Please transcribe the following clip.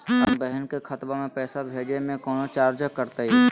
अपन बहिन के खतवा में पैसा भेजे में कौनो चार्जो कटतई?